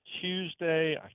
Tuesday